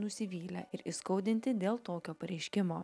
nusivylę ir įskaudinti dėl tokio pareiškimo